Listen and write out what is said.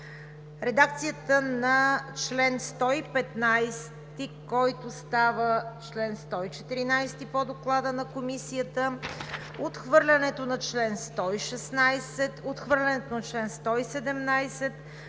редакцията на чл. 115, който става чл. 114 по Доклада на Комисията; отхвърлянето на чл. 116; отхвърлянето на чл. 117;